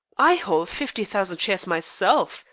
i hold fifty thousand shares myself,